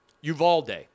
Uvalde